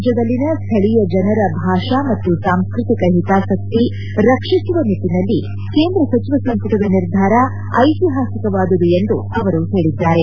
ರಾಜ್ಯದಲ್ಲಿನ ಸ್ಥಳೀಯ ಜನರ ಭಾಷಾ ಮತ್ತು ಸಾಂಸ್ಕೃತಿಕ ಹಿತಾಸಕ್ತಿ ರಕ್ಷಿಸುವ ನಿಟ್ಟಿನಲ್ಲಿ ಕೇಂದ್ರ ಸಚಿವ ಸಂಪುಟದ ನಿರ್ಧಾರ ಐತಿಹಾಸಿಕವಾದುದು ಎಂದು ಅವರು ಹೇಳಿದ್ದಾರೆ